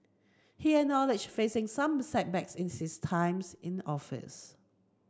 he acknowledged facing some setbacks in his times in office